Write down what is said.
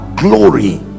glory